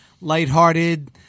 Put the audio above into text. lighthearted